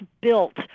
built